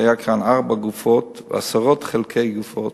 שהיו כאן ארבע גופות ועשרות חלקי גופות,